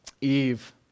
Eve